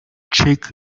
chick